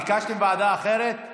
ביקשתם ועדה אחרת?